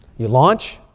you launch.